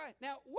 Now